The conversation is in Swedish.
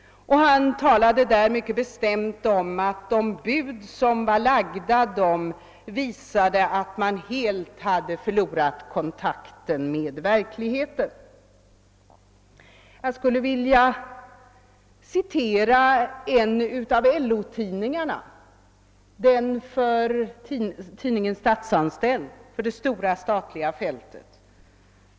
Han underströk i detta tal mycket bestämt att de bud som var framlagda visade, att man helt enkelt hade förlorat kontakten med verkligheten. Jag skulle vilja citera en av LO-tidningarna, den som rör det stora statliga fältet, nämligen tidningen Stats anställd.